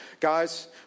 Guys